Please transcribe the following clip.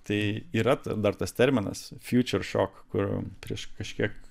tai yra dar tas terminas fjučeršok kur prieš kažkiek